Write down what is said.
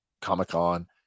comic-con